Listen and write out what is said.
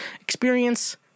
experience